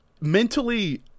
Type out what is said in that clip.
mentally